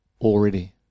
already